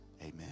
amen